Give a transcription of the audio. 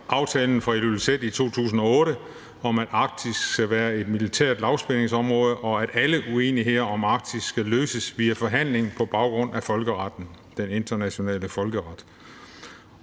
aftalen fra Ilulissat i 2008 om, at Arktis skal være et militært lavspændingsområde, og at alle uenigheder om Arktis skal løses via forhandling på baggrund af den internationale folkeret.